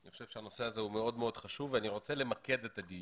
אני חושב שהנושא הזה הוא מאוד מאוד חשוב ואני רוצה למקד את הדיון.